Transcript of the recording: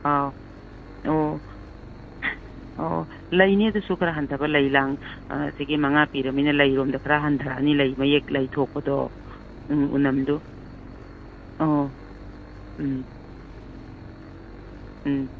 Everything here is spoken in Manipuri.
ꯑꯧ ꯑꯣ ꯑꯣ ꯂꯩꯅꯤ ꯑꯗꯨꯁꯨ ꯈꯔ ꯍꯟꯊꯕ ꯂꯩ ꯂꯥꯡ ꯑꯁꯤꯒꯤ ꯃꯉꯥ ꯄꯤꯔꯝꯅꯤꯅ ꯂꯩ ꯂꯣꯝꯗ ꯈꯔ ꯍꯟꯊꯔꯅꯤ ꯂꯩ ꯃꯌꯦꯛ ꯂꯩ ꯊꯣꯛꯄꯗꯣ ꯎꯝ ꯎꯅꯝꯗꯨ ꯑꯣ ꯎꯝ ꯎꯝ